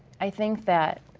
i think that,